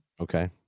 Okay